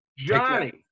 Johnny